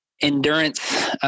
endurance